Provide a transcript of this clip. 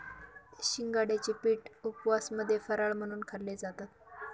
शिंगाड्याचे पीठ उपवासामध्ये फराळ म्हणून खाल्ले जातात